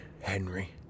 Henry